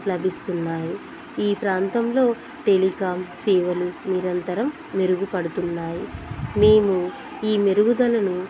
లభిస్తున్నాయి ఈ ప్రాంతంలో టెలికాం సేవలు నిరంతరం మెరుగుపడుతున్నాయి మేము ఈ మెరుగుదలను